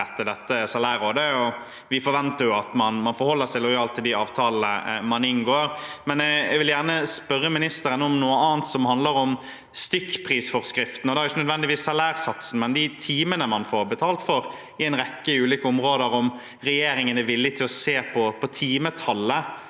opprette dette salærrådet, og vi forventer at man forholder seg lojalt til de avtalene man inngår. Jeg vil gjerne spørre ministeren om noe annet, som handler om stykkprisforskriften, og da ikke nødvendigvis salærsatsen, men de timene man får betalt for på en rekke ulike områder. Er regjeringen villig til å se på timetallet